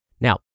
Now